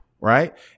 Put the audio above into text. right